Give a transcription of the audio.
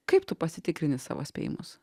kaip tu pasitikrini savo spėjimus